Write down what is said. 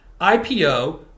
ipo